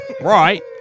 Right